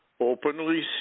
openly